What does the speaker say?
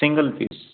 piece piece